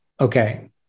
okay